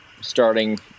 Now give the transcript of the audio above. starting